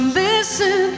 listen